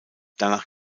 danach